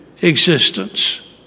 existence